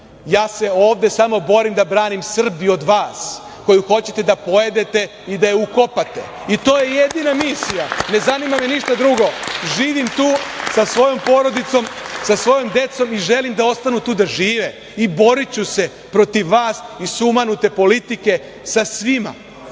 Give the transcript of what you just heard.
ja se ovde samo borim da branim Srbiju od vas koji hoćete da je pojedete i da je uklapate i to je jedina misija, ne zanima me ništa drugo. Živim tu sa svojom porodicom, sa svojom decom i želim da ostanu tu da žive i boriću se protiv vas i sumanite politike sa svima,